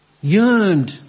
yearned